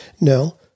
No